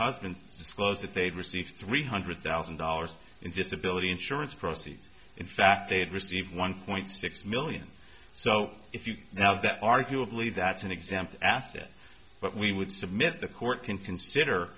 husband disclosed that they received three hundred thousand dollars in disability insurance proceeds in fact they had received one point six million so if you now that arguably that's an example asset but we would submit the court can consider